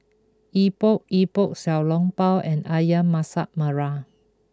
Epok Epok Xiao Long Bao and Ayam Masak Merah